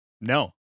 No